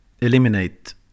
eliminate